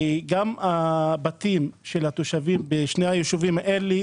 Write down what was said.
גם הבתים של התושבים בשני היישובים האלה